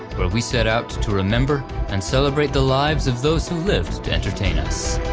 where we set out to remember and celebrate the lives of those who lived to entertain us,